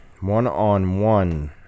one-on-one